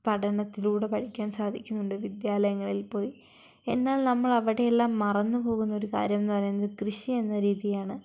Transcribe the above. പഠനത്തിലൂടെ പഠിക്കാൻ സാധിക്കുന്നുണ്ട് വിദ്യാലയങ്ങളിൽപ്പോയി എന്നാൽ നമ്മൾ അവടെയെല്ലാം മറന്നു പോകുന്നൊരു കാര്യം എന്നു പറയുന്നത് കൃഷി എന്ന രീതിയാണ്